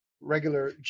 regular